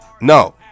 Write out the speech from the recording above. No